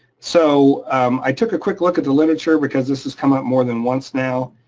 so i took a quick look at the literature because this has come up more than once now,